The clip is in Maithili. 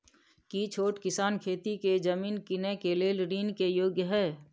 की छोट किसान खेती के जमीन कीनय के लेल ऋण के योग्य हय?